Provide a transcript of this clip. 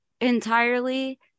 entirely